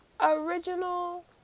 original